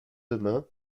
demain